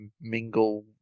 mingle